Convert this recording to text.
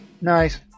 nice